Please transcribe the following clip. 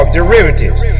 derivatives